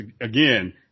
again